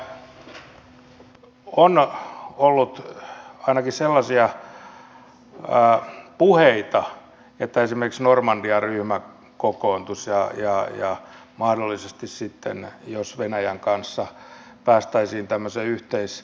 on ollut ainakin sellaisia puheita että esimerkiksi normandia ryhmä kokoontuisi ja mahdollisesti venäjän kanssa päästäisiin yhteispalaveriin